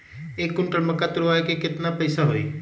एक क्विंटल मक्का तुरावे के केतना पैसा होई?